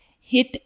hit